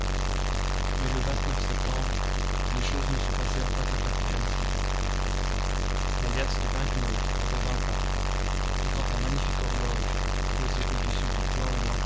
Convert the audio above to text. mais le septembre les choses ne se passèrent pas tout à fait ainsi la liasse de bank notes ne revint pas et quand la magnifique horloge posée au-dessus du